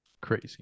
Crazy